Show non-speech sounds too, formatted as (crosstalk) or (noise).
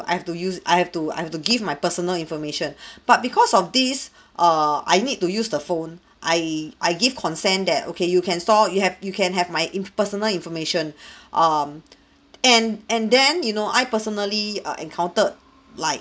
I have to use I have to I have to give my personal information (breath) but because of this (breath) err I need to use the phone (breath) I I give consent that okay you can store you have you can have my inf~ personal information (breath) um (breath) and and then you know I personally err encountered like